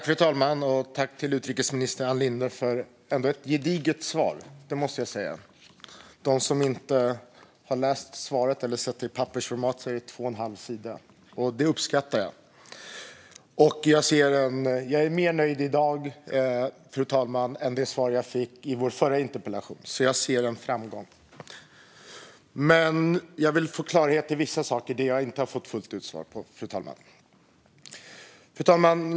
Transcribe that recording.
Fru talman! Tack, utrikesminister Ann Linde, för ett gediget svar, som jag måste säga att det var! Till dem som inte har sett svaret i pappersformat kan jag säga att det är två och en halv sida långt. Det uppskattar jag. Jag är mer nöjd med svaret i dag än med svaret jag fick på min förra interpellation, så jag ser att det går framåt. Men jag vill få klarhet i vissa saker som jag inte fått svar på fullt ut. Fru talman!